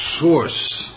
source